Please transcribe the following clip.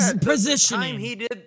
positioning